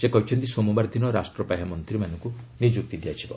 ସେ କହିଛନ୍ତି ସୋମବାର ଦିନ ରାଷ୍ଟ୍ର ପାହ୍ୟା ମନ୍ତ୍ରୀମାନଙ୍କୁ ନିମ୍ଭକ୍ତ କରାଯିବ